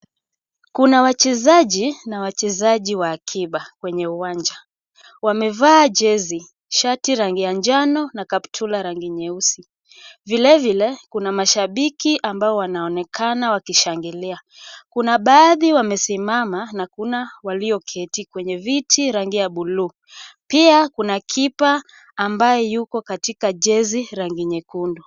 Kuna wachezaji na wachezaji wa akiba kwenye uwanja. Wamevaa jezi, shati rangi ya njano na kaptula rangi nyeusi. Vilevile, kuna mashabiki ambao wanaonekana wakishangilia . Kuna baadhi wamesimama na kuna walioketi kwenye viti rangi ya buluu. Pia kuna keeper ambaye yuko katika jezi rangi nyekundu.